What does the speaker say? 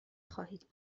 خواهید